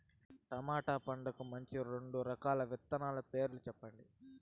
tomato పంటకు మంచి రెండు రకాల విత్తనాల పేర్లు సెప్పండి